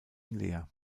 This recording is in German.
leer